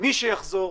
מי שיחזור.